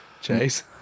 Chase